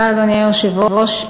אדוני היושב-ראש,